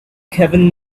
kevin